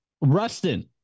Rustin